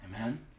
Amen